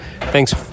thanks